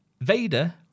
Vader